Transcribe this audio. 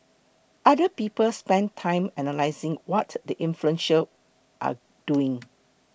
other people spend time analysing what the influential are doing